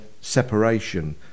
separation